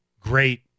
great